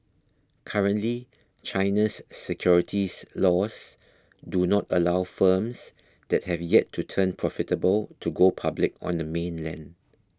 currently China's securities laws do not allow firms that have yet to turn profitable to go public on the mainland